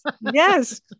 yes